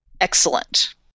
Excellent